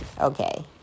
Okay